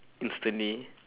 instantly